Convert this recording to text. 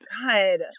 God